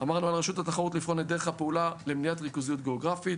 אמרנו שעל רשות התחרות לבחון את דרך הפעולה למניעת ריכוזיות גיאוגרפית.